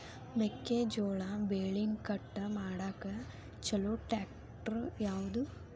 ಮೆಕ್ಕೆ ಜೋಳ ಬೆಳಿನ ಕಟ್ ಮಾಡಾಕ್ ಛಲೋ ಟ್ರ್ಯಾಕ್ಟರ್ ಯಾವ್ದು?